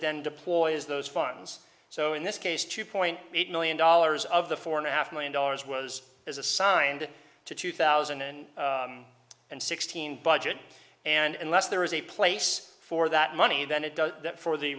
then deploys those funds so in this case two point eight million dollars of the four and a half million dollars was as assigned to two thousand and sixteen budget and unless there is a place for that money then it does that for the